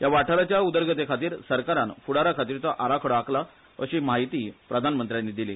या वाठाराच्या उदरगतेखातीर सरकारान फ्डाराखातीरचो आराखडो आखला अशी म्हायतीय प्रधानमंत्र्यांनी दिली